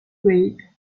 played